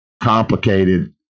complicated